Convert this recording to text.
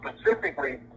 specifically